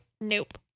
Nope